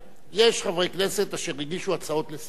יש חברי כנסת אשר הגישו הצעות לסדר-יום.